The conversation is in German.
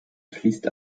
fließt